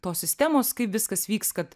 tos sistemos kaip viskas vyks kad